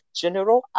general